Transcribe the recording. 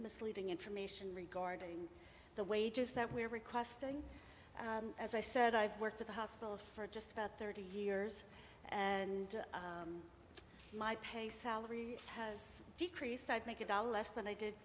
misleading information regarding the wages that we are requesting as i said i've worked at the hospital for just about thirty years and my pay salary has decreased i'd make a dollar less than i did